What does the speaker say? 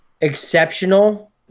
exceptional